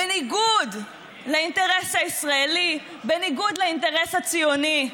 בניגוד לאינטרס הישראלי, בניגוד לאינטרס הציוני.